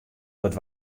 dat